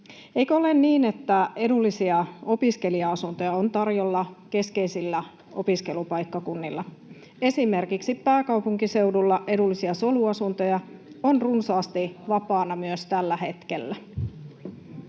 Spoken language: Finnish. eikö ole niin, että edullisia opiskelija-asuntoja on tarjolla keskeisillä opiskelupaikkakunnilla? Esimerkiksi pääkaupunkiseudulla edullisia soluasuntoja on runsaasti vapaana myös tällä hetkellä.